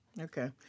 Okay